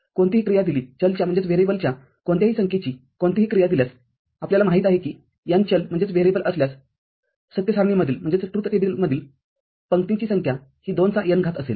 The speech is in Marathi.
कोणतीही क्रिया दिलीचलच्या कोणत्याही संख्येची कोणतीही क्रिया दिल्यास आपल्याला माहित आहे की n चल असल्याससत्य सारणीमधील पंक्तींची संख्या ही २ चा n घात असेल